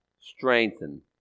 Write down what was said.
strengthen